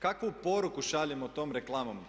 Kakvu poruku šaljemo tom reklamom?